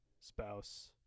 spouse